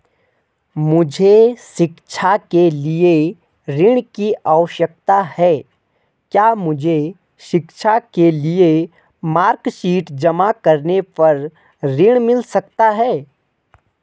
मुझे शिक्षा के लिए ऋण की आवश्यकता है क्या मुझे शिक्षा के लिए मार्कशीट जमा करने पर ऋण मिल सकता है?